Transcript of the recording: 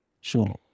Sure